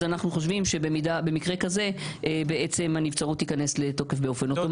אז אנחנו חושבים שבמקרה כזה הנבצרות תיכנס לתוקף באופן אוטומטי.